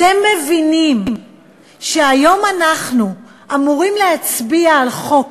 אתם מבינים שהיום אנחנו אמורים להצביע על חוק